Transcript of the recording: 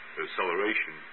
acceleration